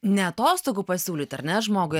ne atostogų pasiūlyt ar ne žmogui